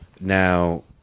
Now